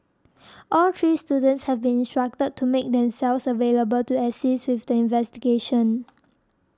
all three students have been instructed to make themselves available to assist with the investigation